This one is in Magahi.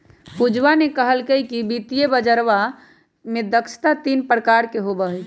पूजवा ने कहल कई कि वित्तीय बजरवा में दक्षता तीन प्रकार के होबा हई